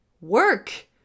work